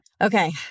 Okay